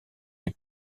les